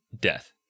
death